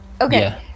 okay